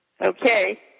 okay